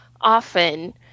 often